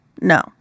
No